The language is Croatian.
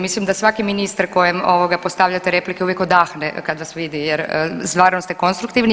Mislim da svaki ministar kojem postavljate replike uvijek odahne kad vas vidi jer stvarno ste konstruktivni.